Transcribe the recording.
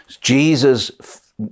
Jesus